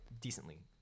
decently